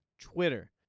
Twitter